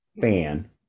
fan